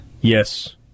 Yes